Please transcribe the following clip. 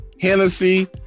Hennessy